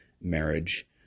marriage